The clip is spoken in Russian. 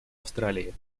австралии